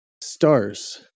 Stars